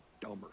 dumber